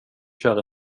kör